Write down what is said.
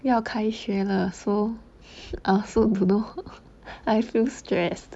要开学了 so I also don't know I feel stress